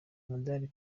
umudari